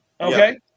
Okay